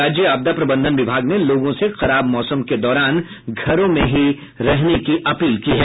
राज्य आपदा प्रबंधन विभाग ने लोगों से खराब मौसम के दौरान घरों में ही रहने की अपील की है